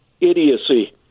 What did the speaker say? idiocy